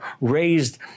raised